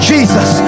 Jesus